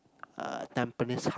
uh Tampines Hub